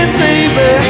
baby